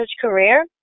career